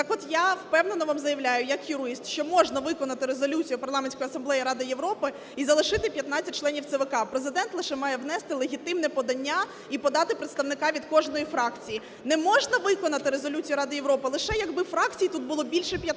Так от, я впевнено вам заявляю як юрист, що можна виконати резолюцію Парламентської асамблеї Ради Європи і залишити 15 членів ЦВК. Президент лише має внести легітимне подання і подати представника від кожної фракції. Не можна виконати резолюцію Ради Європи, лише якби фракцій тут було більше 15-и.